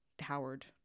Howard